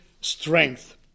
strength